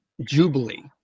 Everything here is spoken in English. jubilee